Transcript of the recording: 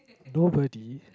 nobody